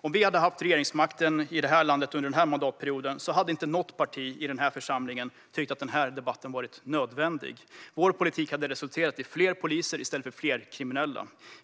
Om vi hade haft regeringsmakten i det här landet under den här mandatperioden hade inte något parti i den här församlingen tyckt att den här debatten varit nödvändig. Vår politik hade resulterat i fler poliser i stället för fler kriminella.